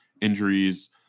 injuries